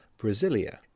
Brasilia